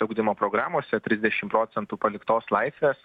ugdymo programose trisdešim procentų paliktos laisvės